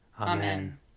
Amen